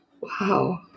Wow